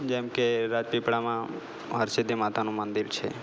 જેમ કે રાજપીપળામાં હરસિધ્ધિ માતાનું મંદિર છે